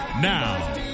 Now